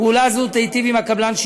פעולה זו תיטיב עם הקבלן,